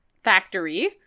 factory